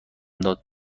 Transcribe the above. داد